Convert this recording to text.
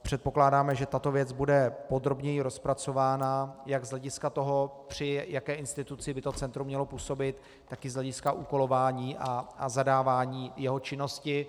Předpokládáme, že tato věc bude podrobněji rozpracována jak z hlediska toho, při jaké instituci by to centrum mělo působit, tak i z hlediska úkolování a zadávání jeho činnosti.